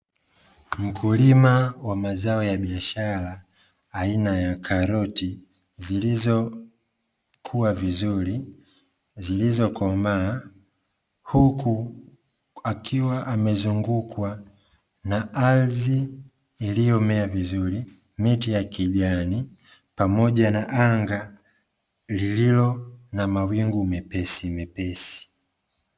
Mkulima wa mazao ya biashara aina ya karoti zilizo kuwa vizuri, zilizo komaa, huku akiwa amezungukwa na ardhi iliyomea vizuri miti ya kijani pamoja na anga lililo na mawingu mepesi mepesi.